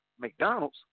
mcdonald's